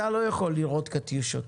אתה לא יכול לירות קטיושות.